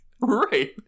right